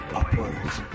upwards